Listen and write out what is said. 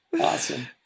awesome